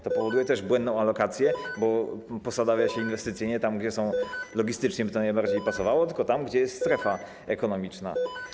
To powoduje też błędną alokację, bo posadawia się inwestycje nie tam, gdzie logistycznie by to najbardziej pasowało, tylko tam, gdzie jest strefa ekonomiczna.